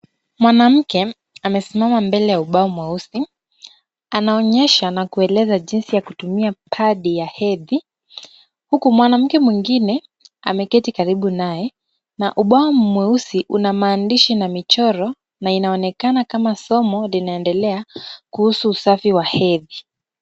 Mwanamke amesimama mbele ya ubao mweusi, anaonyesha na kueleza jinsi ya kutumia padi ya hedhi, huku mwanamke mwingine ameketi karibu naye na ubao mweusi una maandishi na michoro na inaonekana kama somo linaendelea kuhusu usafi wa hedhi.